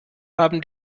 haben